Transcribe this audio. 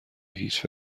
هیچ